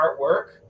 artwork